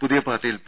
പുതിയ പാർട്ടിയിൽ പി